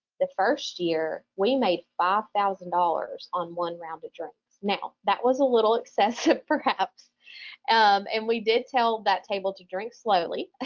the first year we made five thousand dollars on one round of drinks. now, that was a little excessive, perhaps um and we did tell that table to drink slowly ah